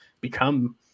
become